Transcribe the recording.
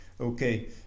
Okay